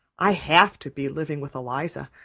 i have to be, living with eliza.